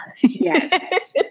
Yes